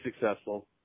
successful